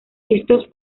estos